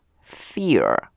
fear